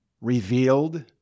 revealed